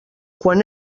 quan